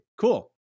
cool